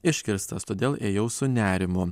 iškirstas todėl ėjau su nerimu